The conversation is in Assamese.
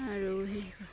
আৰু সেই